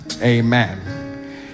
Amen